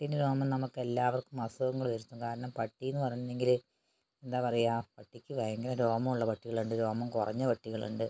പട്ടീൻ്റെ രോമം നമ്മുക്കെല്ലാവർക്കും അസുഖങ്ങള് വരുത്തും കാരണം പട്ടീന്നു പറഞ്ഞെങ്കില് എന്താ പറയുക പട്ടിക്ക് ഭയങ്കര രോമമുള്ള പട്ടികളുണ്ട് രോമം കുറഞ്ഞ പട്ടികളുണ്ട്